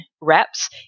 reps